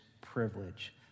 privilege